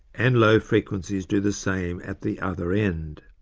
and low frequencies do the same at the other end.